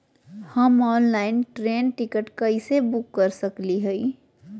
हम online train ticket कैसे book कर सकली हई?